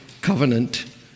covenant